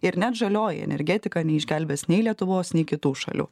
ir net žalioji energetika neišgelbės nei lietuvos nei kitų šalių